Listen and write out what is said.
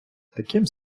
таким